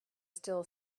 still